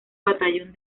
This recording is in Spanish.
batallón